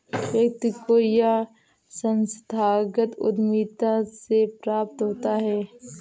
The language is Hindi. व्यक्ति को यह संस्थागत उद्धमिता से प्राप्त होता है